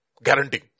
Guarantee